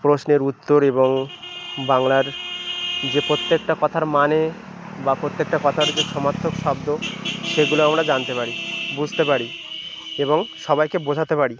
প্রশ্নের উত্তর এবং বাংলার যে প্রত্যেকটা কথার মানে বা প্রত্যেকটা কথার যে সমার্থক শব্দ সেগুলো আমরা জানতে পারি বুঝতে পারি এবং সবাইকে বোঝাতে পারি